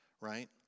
right